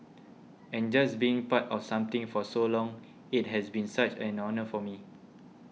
and just being part of something for so long it has been such an honour for me